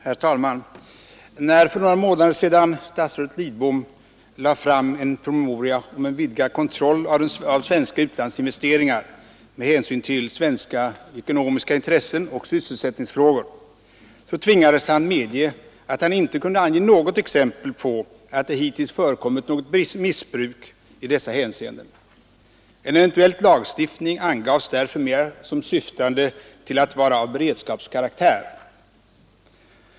Herr talman! När statsrådet Lidbom för några månader sedan lade fram en promemoria om vidgad kontroll av svenska utlandsinvesteringar med hänsyn till svenska ekonomiska intressen och sysselsättningsfrågor tvingades han medge att han inte kunde ange något exempel på att det hittills förekommit missbruk i dessa hänseenden. En eventuell lagstiftning skulle därför mera syfta till att vara av beredskapskaraktär.